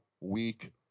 week